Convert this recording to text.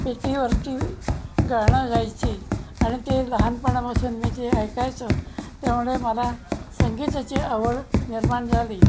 पेटीवरती गाणं गायची आणि ते लहानपणापासून मी जे ऐकायचं त्यामुळे मला संगीताची आवड निर्माण झाली